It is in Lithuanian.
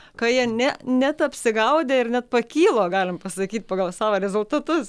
ką jie ne net apsigaudė ir net pakylo galima paskyt pagal savo rezultatus